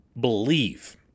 believe